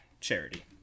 charity